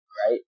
right